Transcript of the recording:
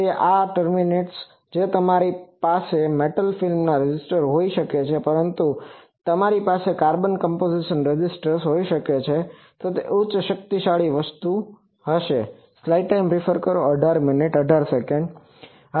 હવે આ વિવિધ ટર્મિનેટ્ર્સ છે જે તમારી પાસે મેટલ ફિલ્મના રેઝિસ્ટર હોઈ શકે છે અથવા તમારી પાસે કાર્બન કમ્પોઝિશન રેઝિસ્ટર્સ વગેરે હોઈ શકે છે તો તે ઉચ્ચ શક્તિવાળી વસ્તુ વિશે હતું